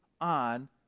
on